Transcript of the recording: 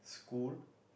glue